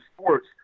sports